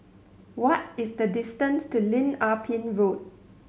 what is the distance to Lim Ah Pin Road